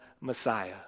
Messiah